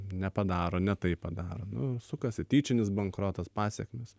nepadaro ne taip padaro nu sukasi tyčinis bankrotas pasekmės